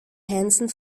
hansen